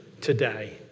today